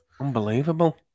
unbelievable